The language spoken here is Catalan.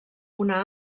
una